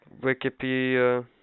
Wikipedia